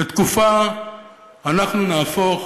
לתקופה אנחנו נהפוך